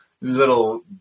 little